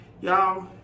Y'all